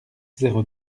zéro